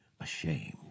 ashamed